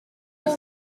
and